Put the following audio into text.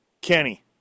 Kenny